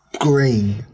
Green